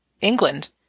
England